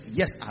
yes